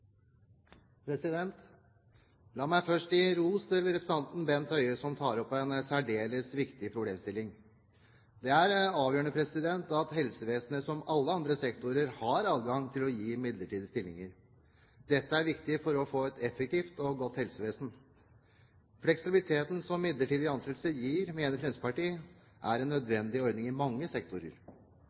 som tar opp en særdeles viktig problemstilling. Det er avgjørende at helsevesenet, som alle andre sektorer, har adgang til å bruke midlertidige stillinger. Dette er viktig for å få et effektivt og godt helsevesen. Fleksibiliteten som midlertidige ansettelser gir, mener Fremskrittspartiet er en nødvendig ordning i mange